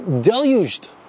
deluged